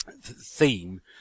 theme